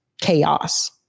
chaos